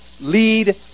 lead